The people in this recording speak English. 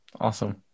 awesome